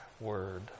word